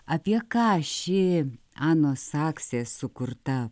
apie ką ši anos saksės sukurta